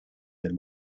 del